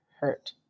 hurt